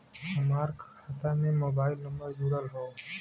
हमार खाता में मोबाइल नम्बर जुड़ल हो?